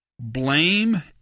Blame